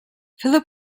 philip